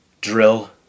drill